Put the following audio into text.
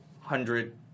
hundred